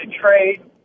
trade